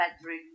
bedroom